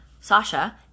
Sasha